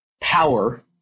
power